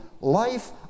life